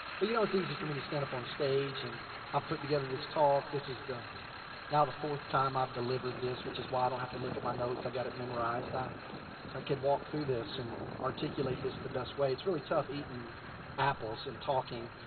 but you know, it's easy for me to stand up on stage and i've put together this talk. this is now the fourth time i've delivered this. which is why i don't have to look at my notes i got it memorized. i can walk through this. and articulate this the best way. it's really tough eating apples and talking.